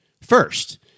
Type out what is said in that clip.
First